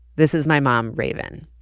this is my mom, raven.